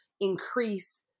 increase